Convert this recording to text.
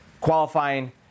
qualifying